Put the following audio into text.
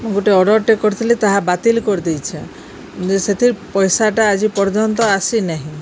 ମୁଁ ଗୋଟେ ଅର୍ଡ଼ରଟେ କରିଥିଲି ତାହା ବାତିଲ କରିଦେଇଛି ଯେ ସେଥିର୍ ପଇସାଟା ଆଜି ପର୍ଯ୍ୟନ୍ତ ଆସିନାହିଁ